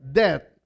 death